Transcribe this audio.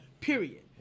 period